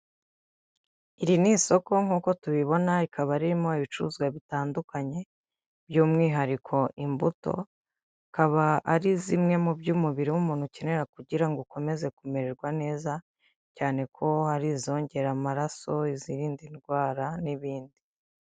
Ini ni isoko nk'uko tubibona rikaba ririmo ibicuruzwa bitandukanye by'umwihariko imbuto, akaba ari zimwe mu byo umubiri w'umuntu ukenera kugira ngo ukomeze kumererwa neza, cyane ko hari izongera amaraso i zirinda indwara n'ibindi.